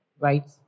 Right